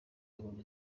yabonye